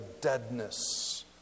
deadness